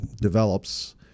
develops